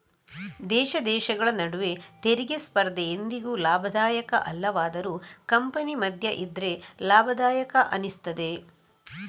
ದೇಶ ದೇಶಗಳ ನಡುವೆ ತೆರಿಗೆ ಸ್ಪರ್ಧೆ ಎಂದಿಗೂ ಲಾಭದಾಯಕ ಅಲ್ಲವಾದರೂ ಕಂಪನಿ ಮಧ್ಯ ಇದ್ರೆ ಲಾಭದಾಯಕ ಅನಿಸ್ತದೆ